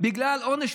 בגלל עונש,